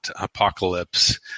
apocalypse